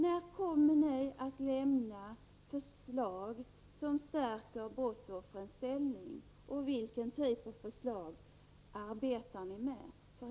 När kommer ni att lämna förslag som stärker brottsoffrens ställning? Vilken typ av förslag arbetar ni med?